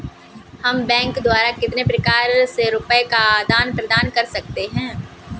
हम बैंक द्वारा कितने प्रकार से रुपये का आदान प्रदान कर सकते हैं?